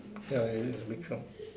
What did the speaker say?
ya it is a big shop